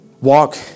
walk